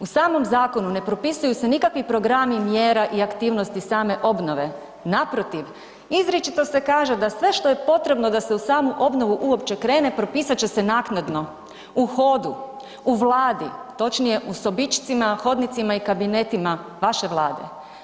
U samom zakonu ne propisuju se nikakvi programi mjera i aktivnosti same obnove, naprotiv izričito se kaže da sve što je potrebno da se u samu obnovu uopće krene propisat će se naknadno u hodu, u Vladi, točnije u sobičcima, hodnicima i kabinetima vaše Vlade.